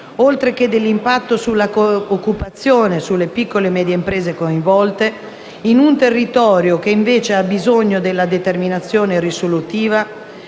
oltre che dell'impatto sull'occupazione e sulle piccole e medie imprese coinvolte, in un territorio che invece ha bisogno della determinazione risolutiva,